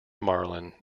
marlin